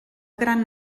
gran